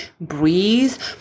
breathe